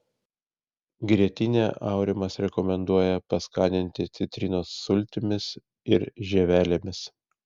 grietinę aurimas rekomenduoja paskaninti citrinos sultimis ir žievelėmis